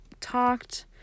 talked